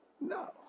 No